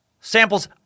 Samples